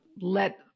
let